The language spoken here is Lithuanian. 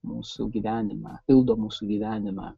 mūsų gyvenimą pildo mūsų gyvenimą